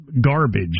garbage